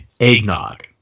eggnog